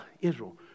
Israel